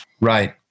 Right